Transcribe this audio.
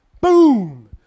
Boom